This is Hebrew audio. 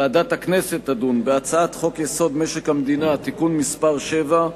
ועדת הכנסת תדון בהצעת חוק-יסוד: משק המדינה (תיקון מס' 7)